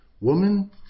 Woman